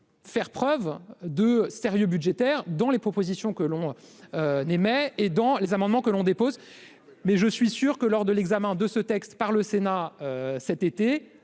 Faire preuve de sérieux budgétaire dans les propositions que l'on n'aimait et dans les amendements que l'on dépose mais je suis sûr que lors de l'examen de ce texte par le Sénat, cet été,